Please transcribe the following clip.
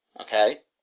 Okay